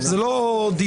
זה לא דיון.